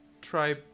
try